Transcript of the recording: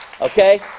Okay